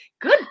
Good